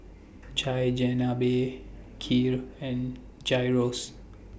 Chigenabe Kheer and Gyros